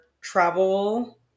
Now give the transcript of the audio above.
travel